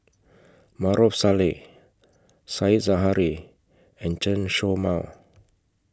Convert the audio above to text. Maarof Salleh Said Zahari and Chen Show Mao